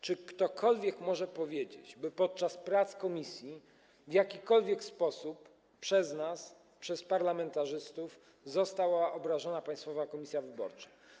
Czy ktokolwiek może powiedzieć, by podczas pracy komisji w jakikolwiek sposób przez nas, przez parlamentarzystów została obrażona Państwowa Komisja Wyborcza?